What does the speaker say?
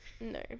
no